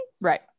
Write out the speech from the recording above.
right